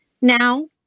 now